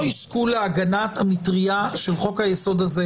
יזכו להגנה המטריה של חוק-היסוד הזה.